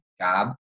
job